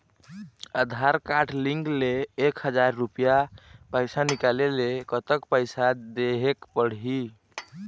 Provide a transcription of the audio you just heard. आधार card link ले एक हजार रुपया पैसा निकाले ले कतक पैसा देहेक पड़ही?